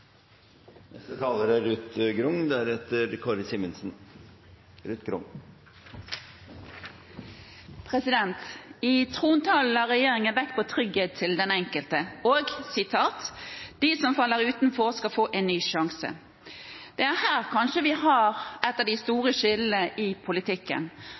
I trontalen la regjeringen vekt på «trygghet for den enkelte» og at «de som faller utenfor, skal få en ny sjanse». Det er kanskje her vi har et av de store skillene i politikken,